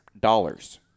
dollars